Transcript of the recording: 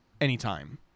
anytime